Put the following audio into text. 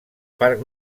parc